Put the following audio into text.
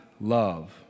love